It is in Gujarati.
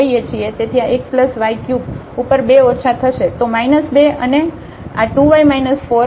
તો 2 અને આ 2 y 4 અને x y પાવર 3 બનશે અને ફરીથી આ પોઇન્ટ 1 1 પર આ અડધા સમાન બની જશે જ્યારે આપણે આના સંદર્ભમાં તફાવત કરીશું